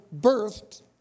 birthed